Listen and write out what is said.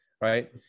right